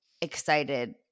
excited